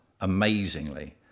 amazingly